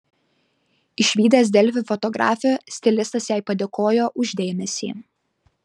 išvydęs delfi fotografę stilistas jai padėkojo už dėmesį